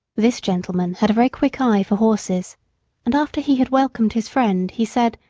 this gentleman had a very quick eye for horses and after he had welcomed his friend he said,